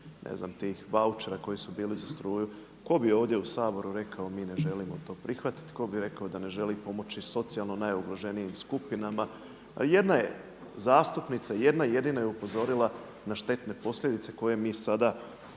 ne znam tih vaučera koji su bili za struju tko bi ovdje u Saboru rekao mi ne želimo to prihvatiti, tko bi rekao da ne želi pomoći socijalno najugroženijim skupinama. A jedna je zastupnica, jedna jedina je upozorila na štetne posljedice koje mi sada